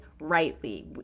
rightly